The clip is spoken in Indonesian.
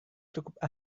cukup